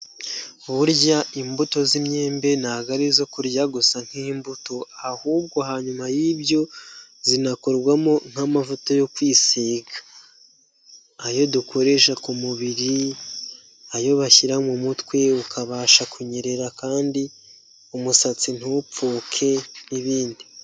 Burya imbuto z'imyembe ntabwo ari izo kurya gusa nk'imbuto, ahubwo hanyuma y'ibyo zinakorwamo nk'amavuta yo kwisiga. Ayo dukoresha ku mubiri, ayo bashyira mu mutwe ukabasha kunyerera kandi umusatsi ntupfuke n'ibindi.